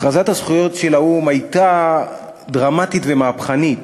הכרזת הזכויות של האו"ם הייתה דרמטית ומהפכנית.